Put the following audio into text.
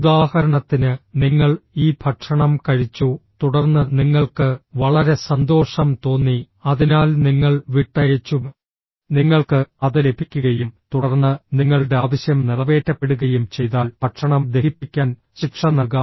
ഉദാഹരണത്തിന് നിങ്ങൾ ഈ ഭക്ഷണം കഴിച്ചു തുടർന്ന് നിങ്ങൾക്ക് വളരെ സന്തോഷം തോന്നി അതിനാൽ നിങ്ങൾ വിട്ടയച്ചു നിങ്ങൾക്ക് അത് ലഭിക്കുകയും തുടർന്ന് നിങ്ങളുടെ ആവശ്യം നിറവേറ്റപ്പെടുകയും ചെയ്താൽ ഭക്ഷണം ദഹിപ്പിക്കാൻ ശിക്ഷ നൽകാം